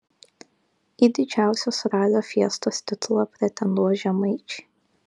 į didžiausios ralio fiestos titulą pretenduos žemaičiai